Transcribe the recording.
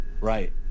right